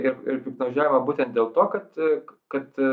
ir ir piktnaudžiaujama būtent dėl to kad kad